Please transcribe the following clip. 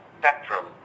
spectrum